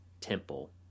temple